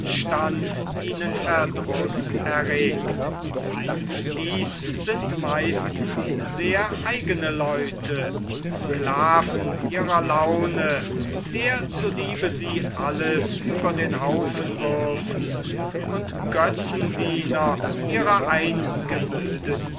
ihnen verdruß erregt dies sind meistens sehr eigene leute sklaven ihrer laune der zu liebe sie alles über den haufen würfen und götzendiener ihrer eingebildeten